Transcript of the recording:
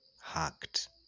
hacked